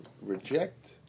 reject